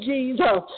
Jesus